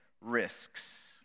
risks